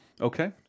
okay